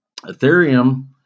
Ethereum